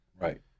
Right